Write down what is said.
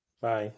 bye